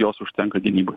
jos užtenka gynybai